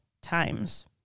times